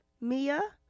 Mia